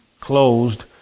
closed